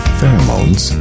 Pheromones